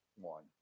one